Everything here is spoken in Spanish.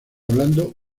hablando